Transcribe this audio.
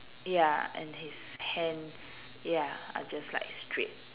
ya and his hands ya are just like straight